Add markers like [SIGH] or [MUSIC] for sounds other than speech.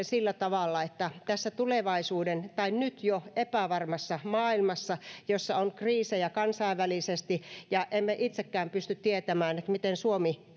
[UNINTELLIGIBLE] sillä tavalla että tässä tulevaisuuden tai nyt jo epävarmassa maailmassa jossa on kriisejä kansainvälisesti ja emme itsekään pysty tietämään miten suomi [UNINTELLIGIBLE]